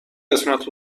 قسمت